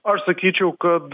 aš sakyčiau kad